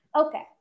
Okay